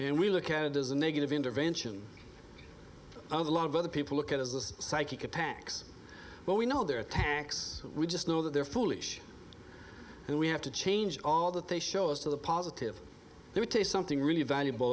and we look at it is a negative intervention of a lot of other people look at us this psychic attacks but we know their attacks we just know that they're foolish and we have to change all that they show us to the positive they would take something really valuable